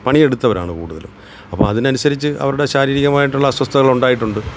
പണി എടുത്തവരാണ് കൂടുതലും അപ്പം അതിനനുസരിച്ച് അവരുടെ ശാരീരികമായിട്ടുള്ള അസ്വസ്ഥതകളുണ്ടായിട്ടുണ്ട്